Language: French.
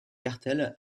cartel